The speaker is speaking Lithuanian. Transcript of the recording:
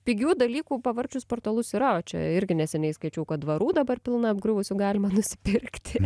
pigių dalykų pavarčius portalus yra o čia irgi neseniai skaičiau kad dvarų dabar pilna apgriuvusių galima nusipirkti